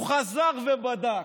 הוא חזר ובדק,